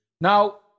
Now